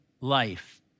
life